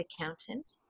accountant